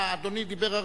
אה, אדוני דיבר הרגע.